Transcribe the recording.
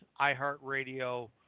iHeartRadio